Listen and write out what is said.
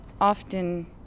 Often